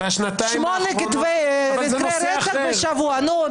שמונה מקרי רצח בשבוע, נו?